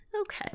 Okay